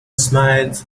smiled